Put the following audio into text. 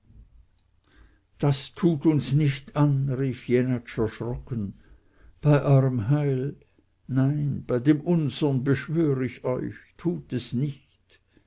das tut uns nicht an rief jenatsch erschrocken bei euerm heil nein bei dem unsern beschwör ich euch tut es nicht